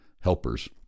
helpers